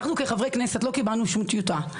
אנחנו כחברי כנסת לא קיבלנו כל טיוטה.